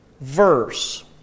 verse